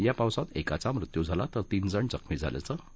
या पावसात एकाचा मृत्यू झाला तर तीन जण जखमी झाल्याचं वृत्त आहे